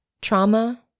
trauma